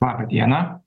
laba diena